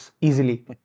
easily